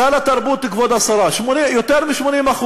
סל התרבות, כבוד השרה, יותר מ-80%.